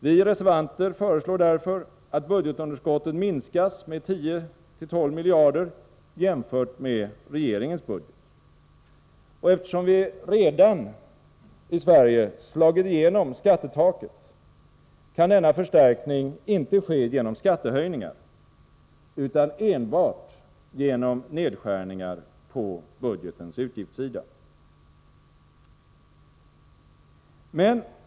Vi reservanter föreslår därför att budgetunderskottet minskas med 10-12 miljarder jämfört med regeringens budget. Eftersom vi i Sverige redan slagit igenom skattetaket kan denna förstärkning inte ske genom skattehöjningar utan enbart genom nedskärningar på budgetens utgiftssida.